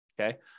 okay